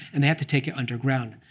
and they have to take it underground.